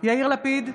יאיר לפיד,